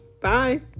Bye